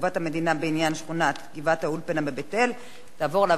שכונת גבעת-האולפנה בבית-אל תעבור לוועדה לביקורת המדינה.